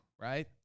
right